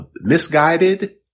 misguided